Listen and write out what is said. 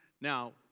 Now